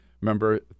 remember